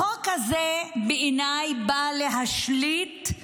החוק הזה בעיניי בא להשליט שיח